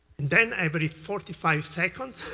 then, i believe, forty five seconds,